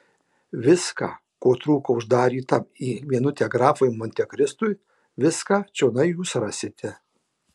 viską ko trūko uždarytam į vienutę grafui montekristui viską čionai jūs rasite